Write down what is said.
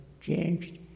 changed